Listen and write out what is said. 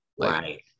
Right